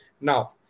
Now